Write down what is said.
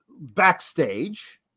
backstage